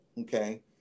Okay